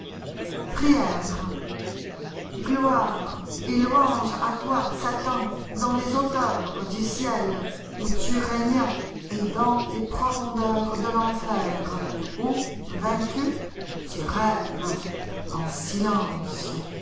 gloire et louange à toi satan dans les hauteursdu ciel où tu régnas et dans les profondeursde l'enfer où vaincu tu rêves en silence